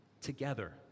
Together